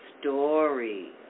story